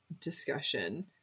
discussion